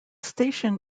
station